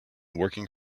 working